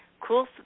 cool